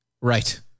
right